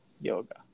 yoga